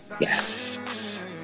Yes